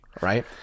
right